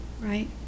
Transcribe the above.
right